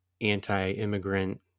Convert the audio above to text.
anti-immigrant